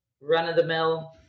run-of-the-mill